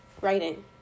writing